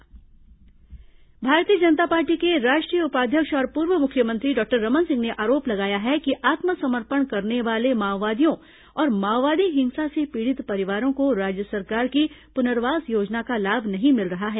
भाजपा आरोप भारतीय जनता पार्टी के राष्ट्रीय उपाध्यक्ष और पूर्व मुख्यमंत्री डॉक्टर रमन सिंह ने आरोप लगाया है कि आत्मसमर्पण करने वाले माओवादियों और माओवादी हिंसा से पीड़ित परिवारों को राज्य सरकार की पुनर्वास योजना का लाभ नहीं मिल रहा है